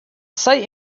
say